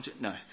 No